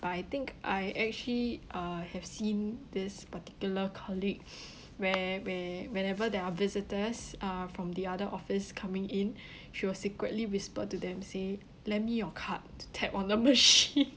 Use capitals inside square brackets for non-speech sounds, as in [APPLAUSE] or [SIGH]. but I think I actually uh have seen this particular colleague [BREATH] where where whenever there are visitors uh from the other office coming in [BREATH] she will secretly whisper to them say lend me your card to tap on the machine [LAUGHS]